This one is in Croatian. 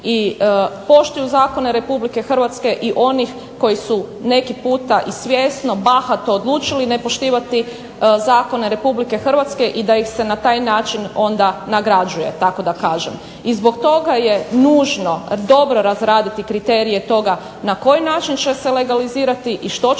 i poštuju zakone Republike Hrvatske i onih koji su neki puta i svjesno bahato odlučili nepoštivati zakone Republike Hrvatske i da ih se na taj način onda nagrađuje tako da kažem. I zbog toga je nužno dobro razraditi kriterije toga na koji način će se legalizirati i što će